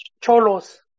Cholos